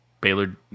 Baylor